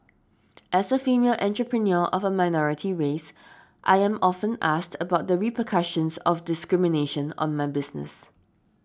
as a female entrepreneur of a minority race I am often asked about the repercussions of discrimination on my business